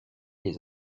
les